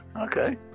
okay